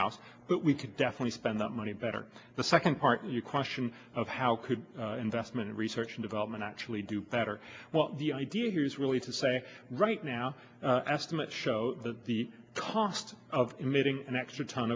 house but we can definitely spend that money better the second part of your question of how could investment in research and development actually do better well the idea here is really to say right now estimates show that the cost of emitting an extra ton